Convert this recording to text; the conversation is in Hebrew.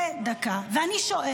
תן לה על החשבון שלי.